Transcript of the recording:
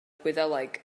gwyddeleg